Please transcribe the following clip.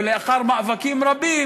ולאחר מאבקים רבים,